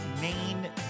main